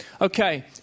Okay